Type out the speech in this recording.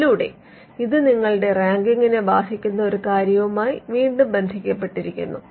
അതിലൂടെ ഇത് നിങ്ങളുടെ റാങ്കിങ്ങിനെ ബാധിക്കുന്ന ഒരു കാര്യവുമായി വീണ്ടും ബന്ധപ്പെട്ടിരിക്കുന്നു